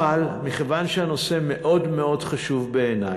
אבל מכיוון שהנושא מאוד מאוד חשוב בעיני,